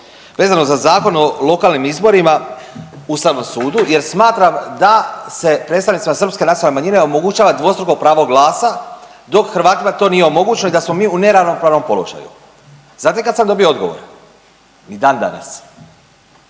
vezano za Zakon o lokalnim izborima Ustavnom sudu jer smatram da se predstavnicima srpske nacionalne manjine omogućava dvostruko pravo glasa dok Hrvatima to nije omogućeno i da smo mi u neravnopravnom položaju. Znate kad sam dobio odgovor? Ni dan danas.